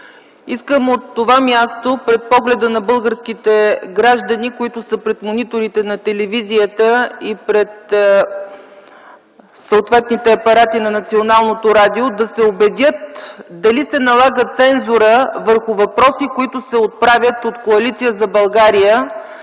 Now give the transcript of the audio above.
искам от това място пред погледа на българските граждани, които са пред мониторите на телевизорите и пред съответните апарати на Националното радио, да се убедят дали се налага цензура върху въпроси, които се отправят от Коалиция за България